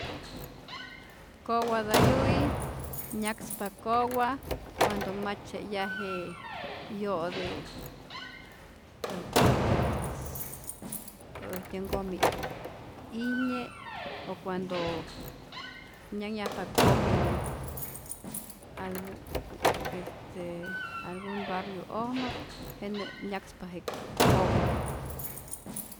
Kowatayu'i nyakspa kowa cuando ma tzye'yaje yo'te ät äjtyä äjtyä nkomi'ijnye o cuando nyanhyajpa komi algu este algun barrio'ojmä jenä nyakspa je kowa.